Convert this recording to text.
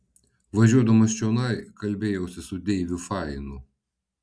važiuodamas čionai kalbėjausi su deiviu fainu